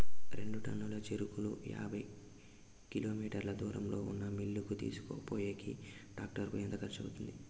రెండు టన్నుల చెరుకును యాభై కిలోమీటర్ల దూరంలో ఉన్న మిల్లు కు తీసుకొనిపోయేకి టాక్టర్ కు ఎంత ఖర్చు వస్తుంది?